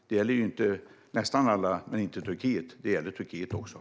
Det gäller inte alla utom Turkiet, utan det gäller även Turkiet.